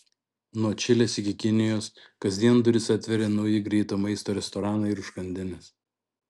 nuo čilės iki kinijos kasdien duris atveria nauji greito maisto restoranai ir užkandinės